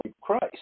Christ